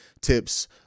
tips